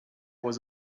was